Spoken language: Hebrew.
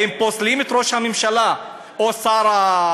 האם פוסלים את ראש הממשלה או את השר לביטחון